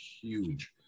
huge